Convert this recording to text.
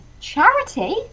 Charity